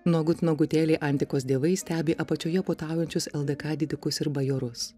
nuogut nuogutėliai antikos dievai stebi apačioje puotaujančius ldk didikus ir bajorus